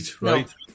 right